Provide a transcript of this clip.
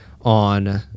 on